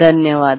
ಧನ್ಯವಾದ